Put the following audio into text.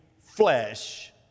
flesh